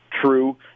true